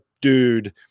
dude